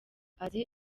azi